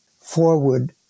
forward